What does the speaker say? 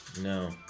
no